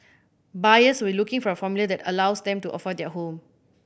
buyers will looking for a formula that allows them to afford their home